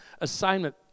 assignment